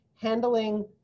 handling